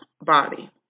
body